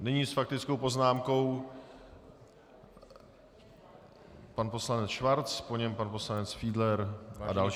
Nyní s faktickou poznámkou pan poslanec Schwarz, po něm pan poslanec Fiedler a další.